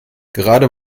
gerade